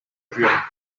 drzwiom